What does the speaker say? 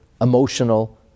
emotional